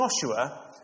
Joshua